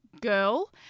girl